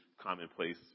commonplace